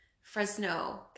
Fresno